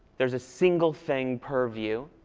there's a single thing per view,